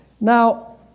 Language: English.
Now